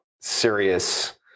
serious